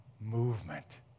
movement